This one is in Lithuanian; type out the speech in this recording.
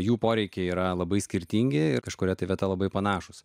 jų poreikiai yra labai skirtingi ir kažkuria vieta labai panašūs